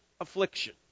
affliction